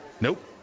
Nope